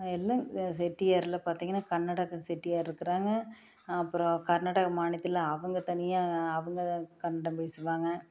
எல்லாம் செட்டியார்லாம் பார்த்திங்கன்னா கன்னடக செட்டியார் இருக்குறாங்க அப்பறம் கர்நாடக மாநிலத்துல அவங்க தனியாக அவங்க கன்னடம் பேசுவாங்க